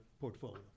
portfolio